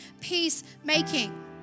peacemaking